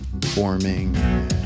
forming